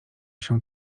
się